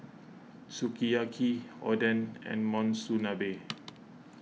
Sukiyaki Oden and Monsunabe